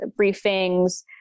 briefings